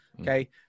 Okay